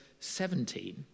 17